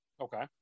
Okay